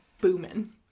booming